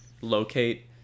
locate